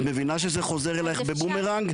את מבינה שזה חוזר אלייך בבומרנג?